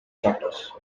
chapters